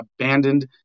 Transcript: abandoned